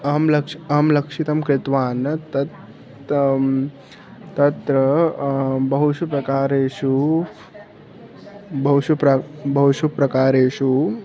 अहं लक्ष् अहं लक्षितं कृतवान् तत् तत्र बहुषु प्रकारेषु बहुषु प्र बहुषु प्रकारेषु